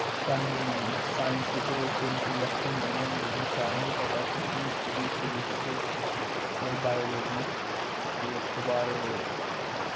सानूं साइंस च तिन्न सब्जेक्ट होंदे न सारें गी पता ऐ कि केमिस्ट्री फिजिक्स होर बायोलॉजी ते इक बार